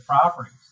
properties